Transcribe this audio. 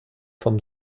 vom